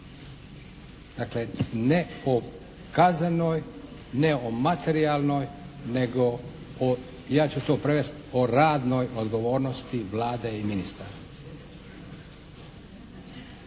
Dakle ne o kaznenoj, ne o materijalnoj nego o, ja ću to prevesti, o radnoj odgovornosti Vlade i ministara.